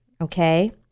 okay